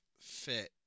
fit